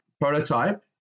prototype